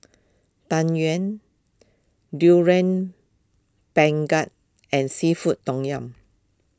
Tang Yuen Durian Pengat and Seafood Tom Yum